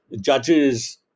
judges